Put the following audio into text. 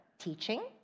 teaching